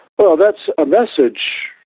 well, that's a message,